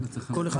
נכון?